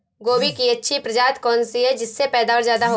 गोभी की अच्छी प्रजाति कौन सी है जिससे पैदावार ज्यादा हो?